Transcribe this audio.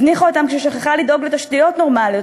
הזניחה אותם כששכחה לדאוג לתשתיות נורמליות,